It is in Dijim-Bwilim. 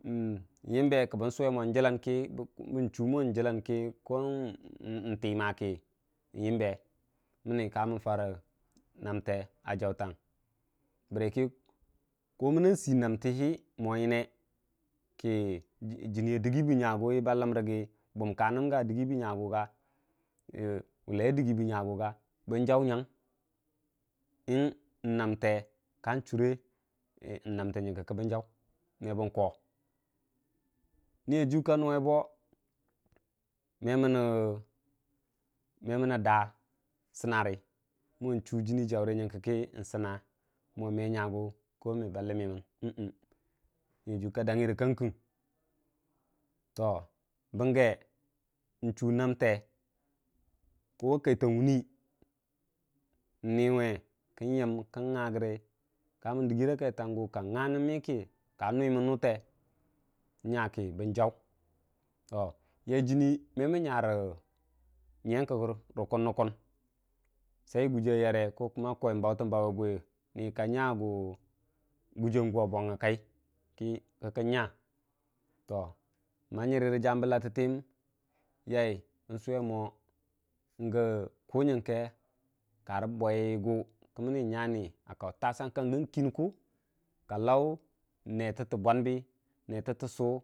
n'yəmbe kə bən sume mong jələn ki ko timah kə yəmbe kamən namte a jautang bərəkə ko mənang sii namtehi mo yəne kə jiniyan diggi bə nyagu kə bən jau nyang n, namte ka churəkə bən jau me bən koo niyajiiyu ka nəgai bo meaəni daa sənnarə mo n'chuu jini jaurə nyəngka n'səna mo me nyagu niyeyiiyu ka danngi rə kan king bənge, ndan n'chuu namte ko ma katang wuni n'niwe kən yəm kən nyəgərə kamən diggi ra kaidangwani ni na ka numən nutee n'nyakə bən jau yar jəuni memən nyarə rə kunnə kumən sai guji a yare ko bautən bwiwukə gu ka bwang giyiyangu kə kakən nya nyər hambə lattaətəyəm yai bən summo ku nyənkə karə bwaigu tosang kan gən kən ka lau ne ta bwanbi.